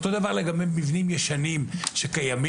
אותו דבר לגבי מבנים ישנים שקיימים,